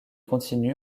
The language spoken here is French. continue